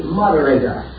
moderator